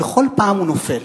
ובכל פעם הוא נופל.